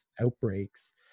outbreaks